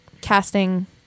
casting